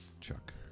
Chuck